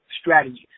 strategies